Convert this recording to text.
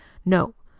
no.